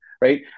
right